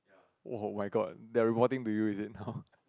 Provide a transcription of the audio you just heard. !woah! my god they are reporting to you is it now